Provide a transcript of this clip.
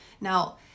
now